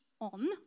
on